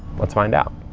let's find out.